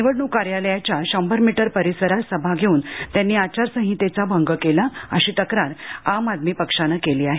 निवडणूक कार्यालयाच्या शंभर मीटर परिसरात सभा घेऊन त्यांनी आचारसंहितेचा भंग केला अशी तक्रार आम आदमी पक्षाने केली आहे